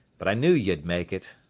but i knew you'd make it.